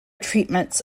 treatments